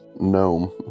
gnome